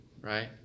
Right